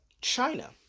China